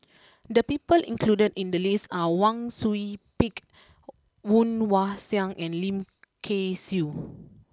the people included in the list are Wang Sui Pick Woon Wah Siang and Lim Kay Siu